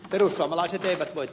perussuomalaiset eivät voi